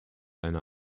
einer